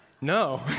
no